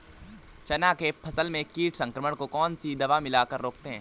चना के फसल में कीट संक्रमण को कौन सी दवा मिला कर रोकते हैं?